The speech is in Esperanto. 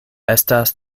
estas